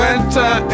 Winter